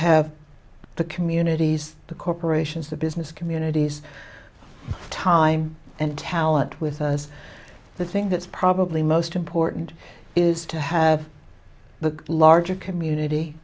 have the communities the corporations the business communities time and talent with us the thing that's probably most important is to have the larger community